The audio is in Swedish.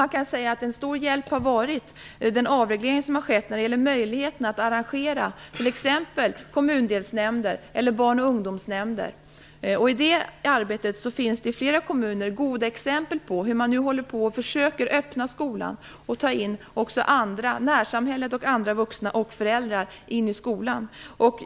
Man kan säga att en stor hjälp har varit den avreglering som har skett när det gäller möjligheterna att arrangera t.ex. kommundelsnämnder eller barn och ungdomsnämnder. Det finns i flera kommuner goda exempel på att man nu försöker öppna skolan och ta in också närsamhället och andra vuxna och föräldrar.